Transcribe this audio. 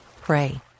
pray